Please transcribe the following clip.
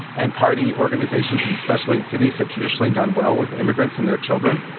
and party organisations and especially in cities had traditionally done well with immigrants and their children,